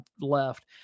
left